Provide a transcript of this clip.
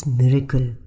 miracle